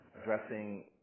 addressing